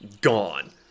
Gone